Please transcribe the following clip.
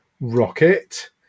rocket